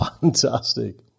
Fantastic